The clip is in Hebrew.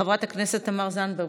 חברת הכנסת תמר זנדברג,